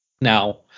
Now